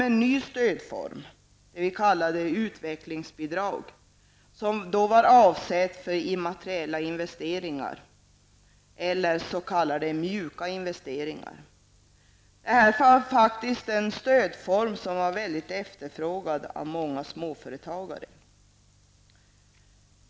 En ny stödform tillkom i stället -- utvecklingsbidrag -- avsedd för immateriella investeringar, s.k. mjuka investeringar. Den här stödformen var faktiskt mycket efterfrågad bland många småföretagare.